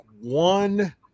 one